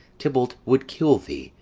tybalt would kill thee,